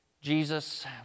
Jesus